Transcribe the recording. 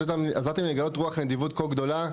עזרתם לי לגלות רוח נדיבות כה גדולה,